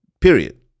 Period